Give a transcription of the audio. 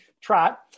trot